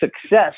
success